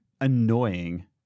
annoying